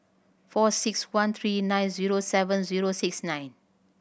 four six one three nine zero seven zero six nine